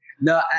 No